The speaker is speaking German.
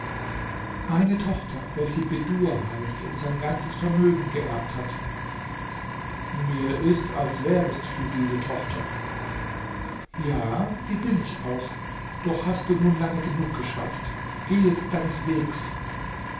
eine tochter welche bedur heißt und sein ganzes vermögen geerbt hat mir ist als wärest du diese tochter ja die bin ich auch doch hast du nun lange genug geschwatzt geh jetzt deines wegs